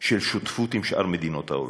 של שותפות עם שאר מדינות העולם?